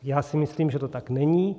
Já si myslím, že to tak není.